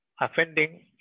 offending